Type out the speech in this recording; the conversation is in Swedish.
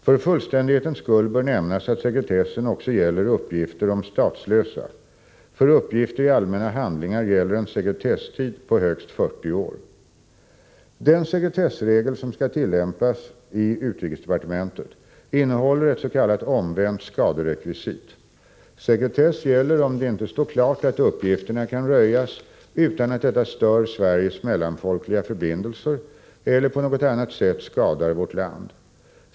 För fullständighetens skull bör nämnas att sekretessen också gäller uppgifter om statslösa. För uppgifter i allmänna handlingar gäller en sekretesstid på högst 40 år. Den sekretessregel som skall tillämpas i utrikesdepartementet innehåller ett s.k. omvänt skaderekvisit: sekretess gäller om det inte står klart att uppgifterna kan röjas utan att detta stör Sveriges mellanfolkliga förbindelser eller på något annat sätt skadar vårt land.